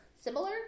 similar